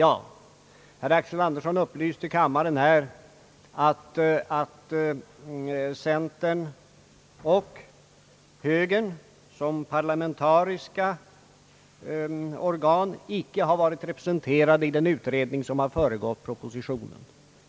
Herr Axel Andersson upplyste kammaren om att centern och högern som parlamentariska organ icke har varit representerade i den utredning som har föregått propositionen. Detta är riktigt.